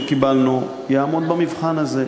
וזה גם הייעוץ המשפטי שקיבלנו, יעמוד במבחן הזה.